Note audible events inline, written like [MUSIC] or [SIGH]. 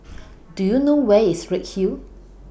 [NOISE] Do YOU know Where IS Redhill